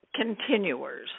continuers